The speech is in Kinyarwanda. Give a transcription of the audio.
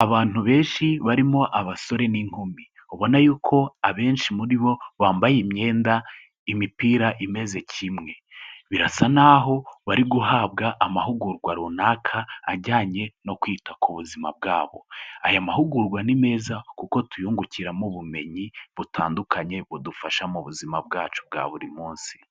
Abantu benshi barimo abasore n'inkumi. Ubona y'uko abenshi muri bo bambaye imyenda, imipira imeze kimwe. Birasa naho bari guhabwa amahugurwa runaka ajyanye no kwita ku buzima bwabo. Aya mahugurwa ni meza kuko tuyungukiramo ubumenyi butandukanye budufasha mu buzima bwacu bwa buri munsi.